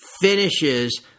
finishes